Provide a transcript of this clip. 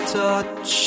touch